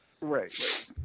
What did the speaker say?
right